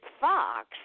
fox